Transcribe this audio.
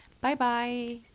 bye-bye